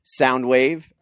Soundwave